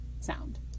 sound